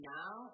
now